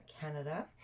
Canada